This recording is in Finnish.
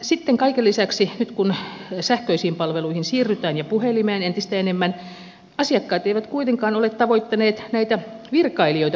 sitten kaiken lisäksi nyt kun sähköisiin palveluihin siirrytään ja puhelimeen entistä enemmän asiakkaat eivät kuitenkaan ole tavoittaneet näitä virkailijoita puhelimitse